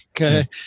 Okay